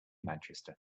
manchester